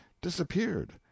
disappeared